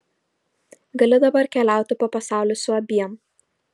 gali dabar keliauti po pasaulį su abiem